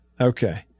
Okay